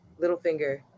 Littlefinger